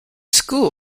school